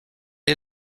est